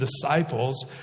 disciples